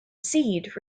seed